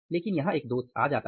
लेकिन यहां एक दोष आ जाता है